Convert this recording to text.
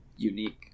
unique